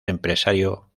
empresario